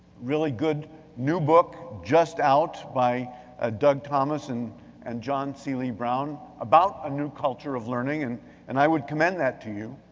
really good new book just out by ah doug thomas and and john seely brown about a new culture of learning and and i would commend that to you.